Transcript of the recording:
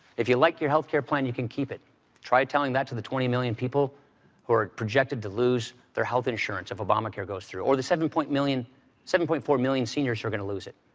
if you like your health care plan you can keep it try telling that to the twenty million people who are projected to lose their health insurance if obamacare goes through or the seven point million seven point four million seniors who are going to lose it.